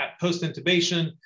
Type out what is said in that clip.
post-intubation